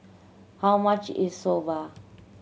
how much is Soba